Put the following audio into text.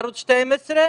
בערוץ 12,